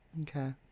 Okay